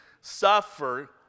suffer